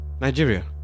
Nigeria